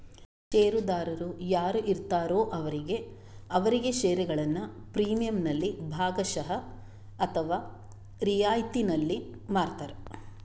ಷೇರುದಾರರು ಯಾರು ಇರ್ತಾರೋ ಅವರಿಗೆ ಅವರಿಗೆ ಷೇರುಗಳನ್ನ ಪ್ರೀಮಿಯಂನಲ್ಲಿ ಭಾಗಶಃ ಅಥವಾ ರಿಯಾಯಿತಿನಲ್ಲಿ ಮಾರ್ತಾರೆ